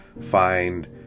find